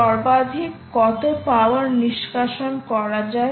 সর্বাধিক কত পাওয়ার নিষ্কাশন করা যায়